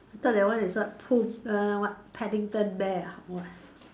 I thought that one is what Pooh err what Paddington bear ah what